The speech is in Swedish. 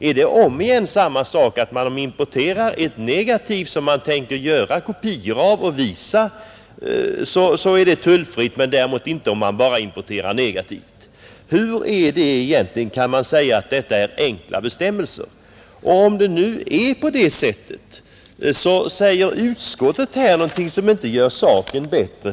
Är det om igen samma sak, att om man importerar ett negativ som man tänker göra kopior av och visa, så är det tullfritt, men däremot inte om man bara importerar bara negativet? Hur kan man säga att detta är enkla bestämmelser? Och om det nu är på det sättet, så säger utskottet i betänkandet någonting som inte gör saken bättre.